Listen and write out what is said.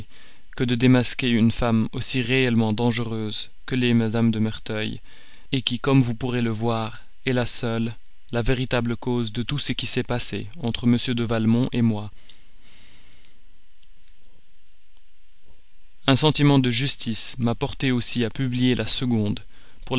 que de démasquer une femme aussi réellement dangereuse que l'est mme de merteuil qui comme vous pourrez le voir est la seule la véritable cause de tout ce qui s'est passé entre m de valmont moi un sentiment de justice m'a porté aussi à publier la seconde